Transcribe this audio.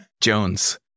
jones